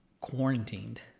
quarantined